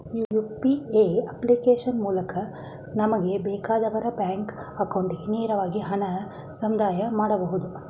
UPA application ಮೂಲಕ ನಮಗೆ ಬೇಕಾದವರ ಬ್ಯಾಂಕ್ ಅಕೌಂಟಿಗೆ ನೇರವಾಗಿ ಹಣ ಸಂದಾಯ ಮಾಡಬಹುದು